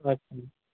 अच्छा